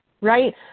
right